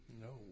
No